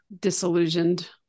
disillusioned